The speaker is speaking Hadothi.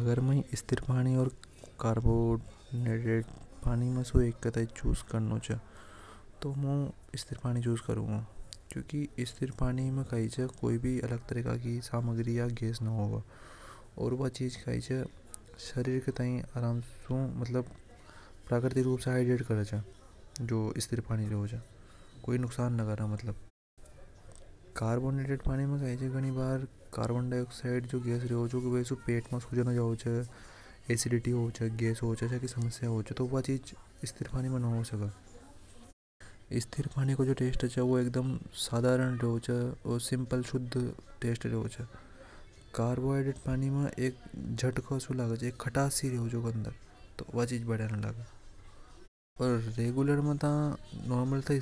अगर मई स्थिर पानी ओर कार्बोहाइड्रेड पानी चूस करना हो तो मु स्थिर पानी चूस करुंगा क्योंकि स्थिर पानी में कोई भी प्राकृतिक गैस नि रेवे ओर स्थिर पानी। प्राकर्तिक रूप से शरीर ये हाइड्रेड करे च। कार्बोनेटेड पानी में कई होवे कई बार कार्बन डाई ऑक्साइड होवे जी कारण से पेट खराब हो जावे। एसिडिटी होवे गैस होवे तो व चीज स्थिर पानी नि होवे। स्थिर पानी को जो टेस्ट रेवे वो साधारण रेवे कार्बोहाइड्रेट पानी में एक झटक सी लगे खटका सी लगे तो व चीज बढ़िया नि रेवे ओर